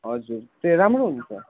हजुर त्यहाँ राम्रो हुन्छ